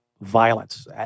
violence